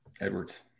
Edwards